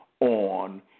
on